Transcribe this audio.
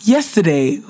Yesterday